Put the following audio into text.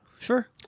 sure